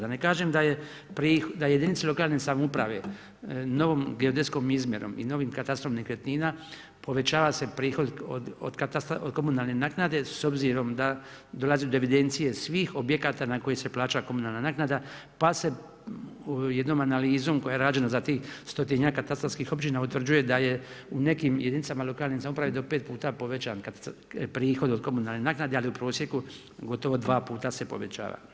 Da ne kažem da je jedinice lokalne samouprave, novom geodetskom izmjerom i novim katastrom nekretnina, povećava se prihod od komunalnih naknada, s obzirom da dolaze do evidencije, svih objekata na koje se plaća komunalna naknada, pa se jednom analizom koja je rađena za tih 100-tinjak katastarskih općina utvrđuje da je u nekim jedinicama lokalne samouprave do 5 puta povećan prihod od komunalne naknade, ali u prosjeku, gotovo 2 puta se povećava.